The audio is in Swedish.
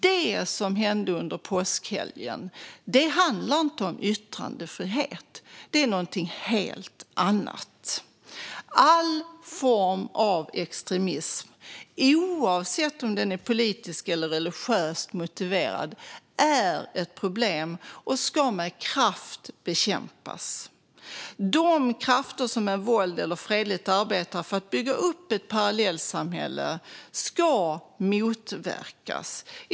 Det som hände under påskhelgen handlade inte om yttrandefrihet; det var något helt annat. All form av extremism, oavsett om den är politiskt eller religiöst motiverad, är ett problem och ska med kraft bekämpas. De krafter som med våld eller fredligt arbetar för att bygga upp ett parallellsamhälle ska motverkas.